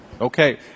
Okay